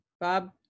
Bob